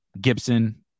Gibson